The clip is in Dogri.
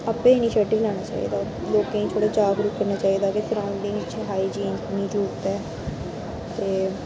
आपें इन्नीशियेटिव लैना चाहिदा लोकें गी थोह्ड़ा जागरुक करना चाहिदा कि सरऊंडिगं च हाइजीन इन्नी जरूरत ऐ ते